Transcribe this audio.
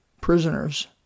prisoners